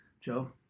Joe